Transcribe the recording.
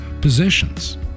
positions